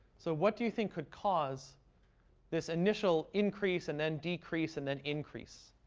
so what do you think could cause this initial increase and then decrease and then increase?